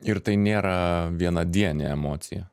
ir tai nėra vienadienė emocija